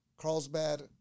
Carlsbad